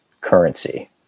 currency